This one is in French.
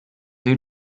dès